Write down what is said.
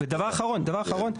דבר אחרון.